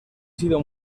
sido